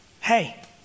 Hey